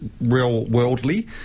real-worldly